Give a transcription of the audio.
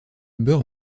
beurre